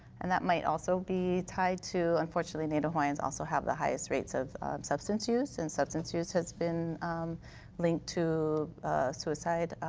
and that might also be tied to unfortunately native hawaiians also have the highest rates of substance use. and substance use has been linked to suicide,